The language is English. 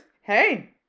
Hey